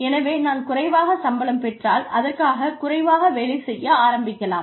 எனவே நான் குறைவாக சம்பளம் பெற்றால் அதற்காகக் குறைவாக வேலை செய்ய ஆரம்பிக்கலாம்